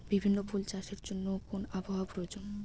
বিভিন্ন ফুল চাষের জন্য কোন আবহাওয়ার প্রয়োজন?